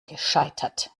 gescheitert